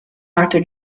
arthur